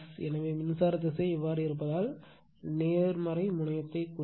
எனவே மின்சார திசை இவ்வாறு இருப்பதால் நேர்மறை முனையத்தை குறிக்கும்